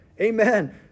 Amen